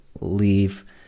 leave